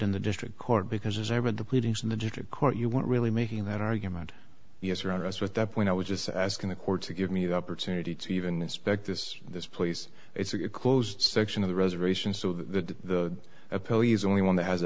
in the district court because as i read the pleadings in the district court you want really making that argument yes around us with that point i was just asking the court to give me the opportunity to even inspect this this place it's a closed section of the reservation so the appeal is only one that has